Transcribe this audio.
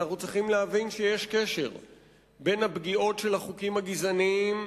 אנחנו צריכים להבין שיש קשר בין הפגיעות של החוקים הגזעניים